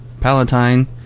Palatine